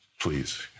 Please